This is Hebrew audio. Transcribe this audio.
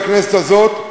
בכנסת הזאת,